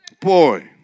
Boy